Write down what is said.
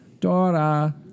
Dora